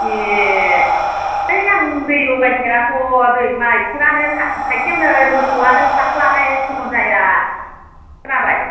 ए है आं दै लगायफेराथ' दै गायखेरआनो खायसे नै मोसौआनो फाथ्ला हाय गन' जाया खोनाबाय